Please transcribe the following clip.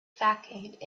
facade